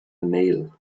nail